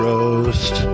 Roast